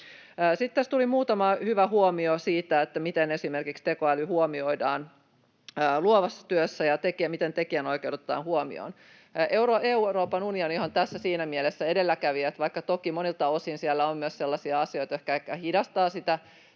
Sitten tässä tuli muutama hyvä huomio siitä, miten tekoäly esimerkiksi huomioidaan luovassa työssä ja miten tekijänoikeudet otetaan huomioon. Euroopan unionihan on tässä siinä mielessä edelläkävijä, että vaikka toki monilta osin siellä on myös sellaisia asioita, jotka ehkä hidastavat sitä